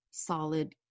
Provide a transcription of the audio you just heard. solid